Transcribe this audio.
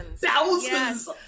thousands